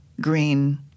green